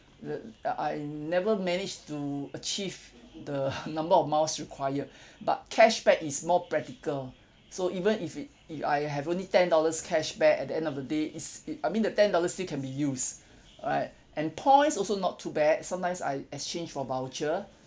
the I I never managed to achieve the number of miles required but cashback is more practical so even if you you I have only ten dollars cashback at the end of the day is it I mean the ten dollars still can be use right and points also not too bad sometimes I exchange for voucher